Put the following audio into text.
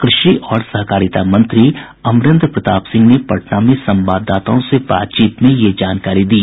कृषि और सहकारिता मंत्री अमरेन्द्र प्रताप सिंह ने पटना में संवाददाताओं से बातचीत में यह जानकारी दी